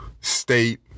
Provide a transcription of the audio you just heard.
state